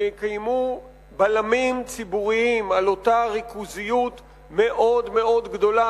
שיקיימו בלמים ציבוריים על אותה ריכוזיות מאוד גדולה